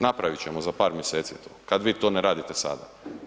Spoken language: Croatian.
Napravit ćemo za par mjeseci je to kad vi to ne radite sada.